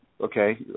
okay